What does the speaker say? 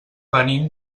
venim